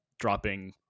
dropping